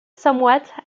somewhat